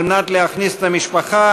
על מנת להכניס את המשפחה,